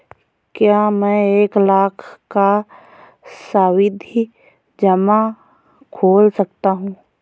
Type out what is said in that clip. क्या मैं एक लाख का सावधि जमा खोल सकता हूँ?